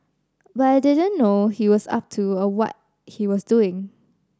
but I didn't know he was up to or what he was doing